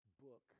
book